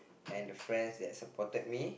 and the friends that supported me